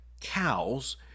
cows